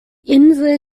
insel